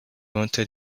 wanted